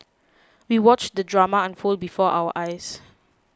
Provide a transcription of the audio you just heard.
we watched the drama unfold before our eyes